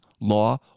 law